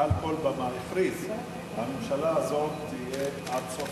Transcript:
מעל כל במה הכריז: הממשלה הזאת תהיה עד סוף